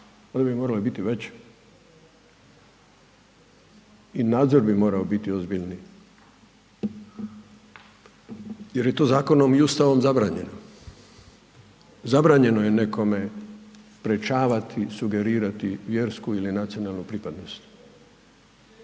one bi morale biti veće. I nadzor bi morao biti ozbiljniji jer je to zakonom i Ustavom zabranjeno. Zabranjeno je nekom sprječavati, sugerirati vjersku ili nacionalnu pripadnost.